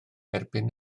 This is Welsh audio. erbyn